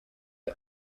who